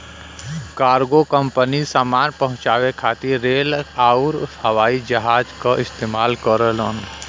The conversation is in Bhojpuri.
कार्गो कंपनी सामान पहुंचाये खातिर रेल आउर हवाई जहाज क इस्तेमाल करलन